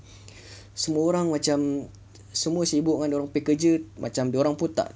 semua orang macam semua sibuk dengan dia orang punya kerja macam dia orang pun tak